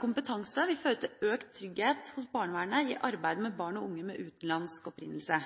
kompetanse vil føre til økt trygghet hos barnevernet i arbeidet med barn og unge med utenlandsk opprinnelse.